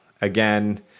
again